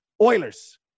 Oilers